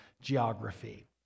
geography